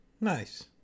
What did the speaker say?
Nice